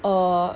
err